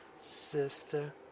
Sister